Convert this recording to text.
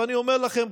ואני אומר לכם,